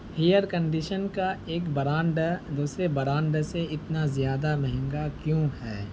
hair condition کا ایک brand دوسرے برانڈ سے اتنا زیادہ مہنگا کیوں ہے